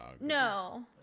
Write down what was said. No